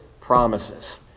promises